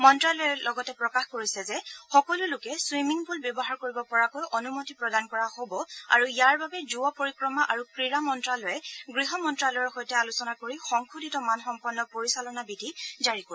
মন্তালয়ে লগতে প্ৰকাশ কৰিছে যে সকলো লোকে চুইমিংপুল ব্যৱহাৰ কৰিব পৰাকৈ অনুমতি প্ৰদান কৰা হ'ব আৰু ইয়াৰ বাবে যুৱ পৰিক্ৰমা আৰু ক্ৰীড়া মন্তালয়ে গৃহ মন্তালয়ৰ সৈতে আলোচনা কৰি সংশোধিত মানসম্পন্ন পৰিচালনা বিধি জাৰি কৰিব